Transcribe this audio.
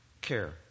care